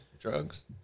drugs